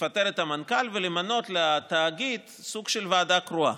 לפטר את המנכ"ל ולמנות לתאגיד סוג של ועדה קרואה.